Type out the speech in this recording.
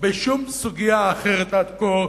בשום סוגיה אחרת עד כה,